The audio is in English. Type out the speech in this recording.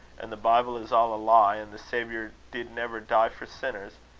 and the bible is all a lie, and the saviour did never die for sinners.